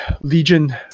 Legion